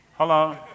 hello